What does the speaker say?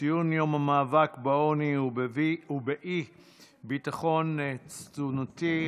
ציון יום המאבק בעוני ובאי-ביטחון תזונתי,